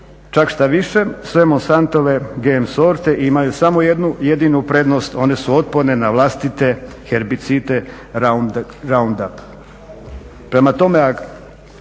čak štoviše sve Monsantove GM sorte imaju jednu jedinu prednost, one su otporne na vlastite herbicide raundap.